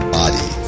body